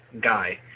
Guy